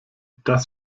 das